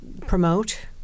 promote